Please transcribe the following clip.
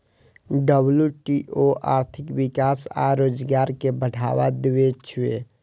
WTO आर्थिक विकास आ रोजगार कें बढ़ावा दै छै